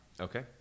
okay